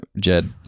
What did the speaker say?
Jed